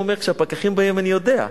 הוא אומר: כשהפקחים באים אני יודע.